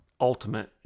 ultimate